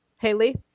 Haley